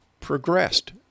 progressed